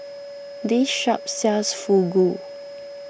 this shop sells Fugu